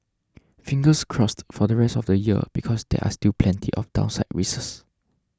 fingers crossed for the rest of the year because there are still plenty of downside risks